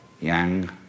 yang